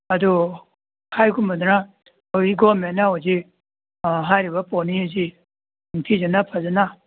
ꯑꯗꯣ ꯍꯥꯏꯒꯨꯝꯃꯗꯅ ꯒꯣꯃꯦꯟꯅ ꯍꯧꯖꯤꯛ ꯍꯥꯏꯔꯤꯕ ꯄꯣꯅꯤ ꯑꯁꯤ ꯅꯤꯡꯊꯤꯖꯅ ꯐꯖꯅ